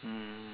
mm